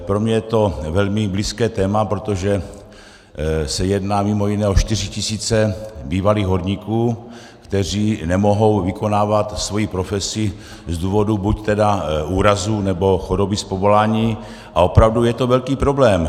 Pro mě je to velmi blízké téma, protože se jedná mimo jiné o čtyři tisíce bývalých horníků, kteří nemohou vykonávat svoji profesi z důvodu buď úrazu, nebo choroby z povolání, a opravdu je to velký problém.